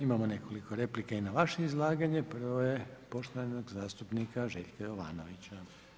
Imamo nekoliko replika i na vaše izlaganje, prva je poštovanog zastupnika Željka Jovanovića.